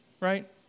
Right